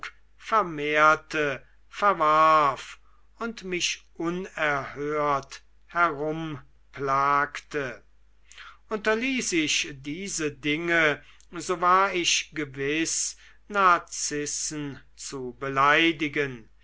vermehrte verwarf und mich unerhört herumplagte unterließ ich diese dinge so war ich gewiß narzissen zu beleidigen